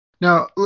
Now